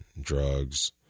drugs